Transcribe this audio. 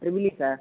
triple E sir